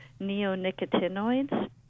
neonicotinoids